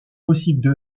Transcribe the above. possible